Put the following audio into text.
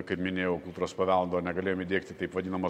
kaip minėjau kultūros paveldo negalėjom įdiegti taip vadinamo